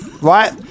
Right